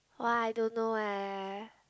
!wah! I don't know eh